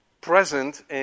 present